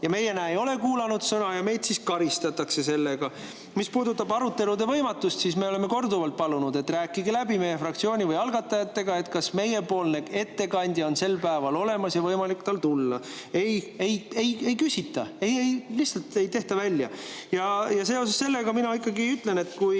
Meie, näe, ei ole kuulanud sõna ja meid siis karistatakse sellega. Mis puudutab arutelude võimatust, siis me oleme korduvalt palunud, et rääkige läbi meie fraktsiooni või algatajatega, kas meie ettekandja on sel päeval olemas ja on tal võimalik tulla. Ei-ei-ei, ei küsita! Ei-ei-ei, lihtsalt ei tehta välja! Seoses sellega mina ikkagi ütlen, et kui